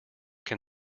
can